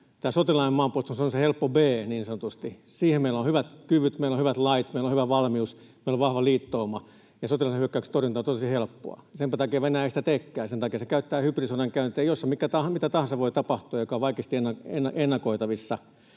sotilaallinen maanpuolustus on se helppo B niin sanotusti. Siihen meillä on hyvät kyvyt, meillä on hyvät lait, meillä on hyvä valmius, meillä on vahva liittouma, ja sotilaallisen hyökkäyksen torjunta on tosi helppoa. Senpä takia Venäjä ei sitä teekään. Sen takia se käyttää hybridisodankäyntiä, jossa mitä tahansa voi tapahtua, joka on vaikeasti ennakoitavissa